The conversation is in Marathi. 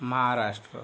महाराष्ट्र